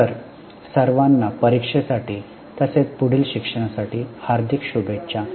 तर सर्वांना परीक्षेसाठी तसेच पुढील शिक्षणासाठी हार्दिक शुभेच्छा